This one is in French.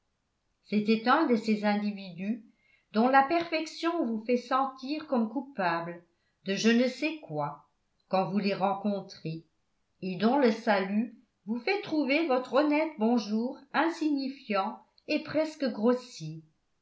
c'était un de ces individus dont la perfection vous fait sentir comme coupable de je ne sais quoi quand vous les rencontrez et dont le salut vous fait trouver votre honnête bonjour insignifiant et presque grossier